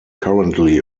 currently